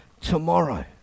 tomorrow